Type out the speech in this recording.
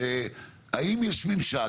האם יש ממשק,